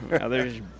Others